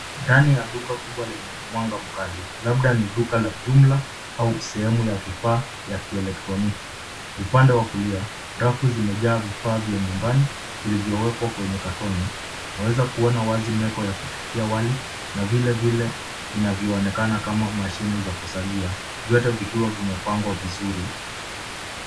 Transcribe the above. Ndani ya duka kubwa lenye mwanga mkali labda ni duka la jumla au sehemu ya vifaa vya kieletroniki. Upande wa kulia rafu zimejaa vifaa vya nyumbani vilivyowekwa kwenye katoni .Waweza kuona wazi meko ya kupikia wali na vilevile vinavyoonekana kama mashine za kusagia vyote vikiwa vimepangwa vizuri.